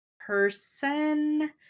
person